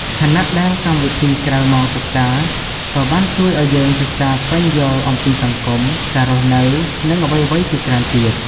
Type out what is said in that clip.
ខណៈដែលកម្មវិធីក្រៅម៉ោងសិក្សា ក៏បានជួយឲ្យយើងសិក្សាស្វែងយល់អំពីសង្គម ការរស់នៅ និងអ្វីៗជាច្រើនទៀត។